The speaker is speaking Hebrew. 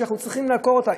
שאנחנו צריכים לעקור אותו,